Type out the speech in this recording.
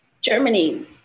Germany